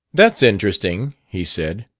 that's interesting he said.